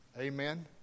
Amen